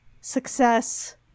success